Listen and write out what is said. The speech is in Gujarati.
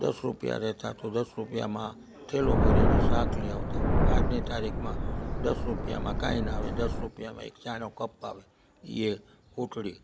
દસ રૂપિયા રહેતા તો દસ રૂપિયામાં થેલો ભરીને શાક લઈ આવતા આજની તારીખમાં દસ રૂપિયામાં કાંઇ ના આવે દસ રૂપિયામાં એક ચાયનો કપ આવે ઇએ કૂટળી